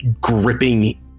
gripping